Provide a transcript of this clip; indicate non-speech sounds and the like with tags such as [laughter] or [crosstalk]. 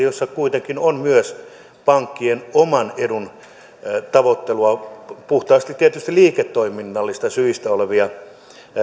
[unintelligible] joissa kuitenkin on myös pankkien oman edun tavoittelua puhtaasti tietysti liiketoiminnallisista syistä olevia